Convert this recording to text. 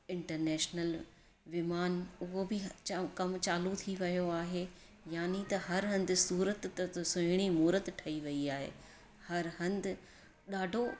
international विमान उहो बि चओ कमु चालू थी वियो आहे यानि त हर हंधि सूरत त सुहिणी मूर्त ठही वई आहे हर हंधि ॾाढो